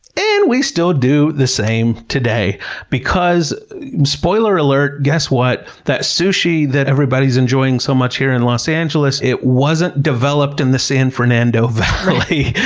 and we still do the same today because spoiler alert guess what, that sushi that everybody's enjoying so much here in los angeles, it wasn't developed in the san fernando valley.